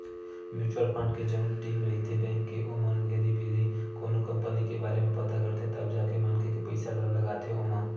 mutual fund के जउन team रहिथे बेंक के ओमन घेरी भेरी कोनो कंपनी के बारे म पता करथे तब जाके मनखे के पइसा ल लगाथे ओमा